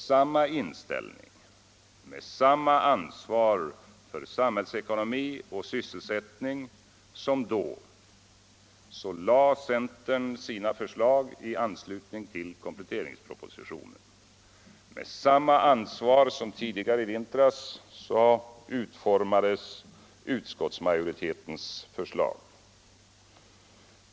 Med samma inställning och samma ansvar för samhällsekonomi och sysselsättning som då, framlade centern sina förslag i anslutning till kompletteringspropositionen. Med samma ansvar som tidigare i vintras utformades utskottsmajoritetens förslag.